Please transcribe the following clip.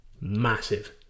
massive